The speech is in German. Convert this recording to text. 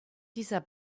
dieser